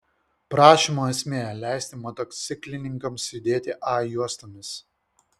prašymo esmė leisti motociklininkams judėti a juostomis